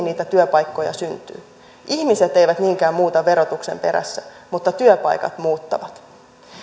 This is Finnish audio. niitä työpaikkoja syntyy ihmiset eivät niinkään muuta verotuksen perässä mutta työpaikat muuttavat